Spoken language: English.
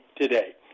today